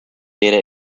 data